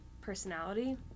personality